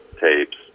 tapes